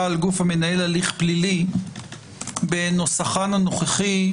על גוף המנהל הליך פלילי בנוסחן הנוכחי,